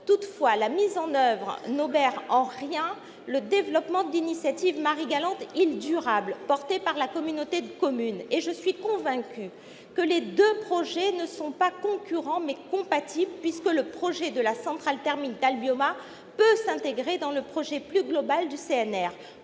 Toutefois, sa mise en oeuvre n'obère en rien le développement de l'initiative « Marie-Galante, l'île du tourisme durable » soutenue par la communauté de communes. Je suis convaincue que les deux projets ne sont pas concurrents mais compatibles, puisque la centrale thermique d'Albioma peut s'intégrer dans le projet plus global de la